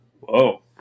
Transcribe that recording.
Whoa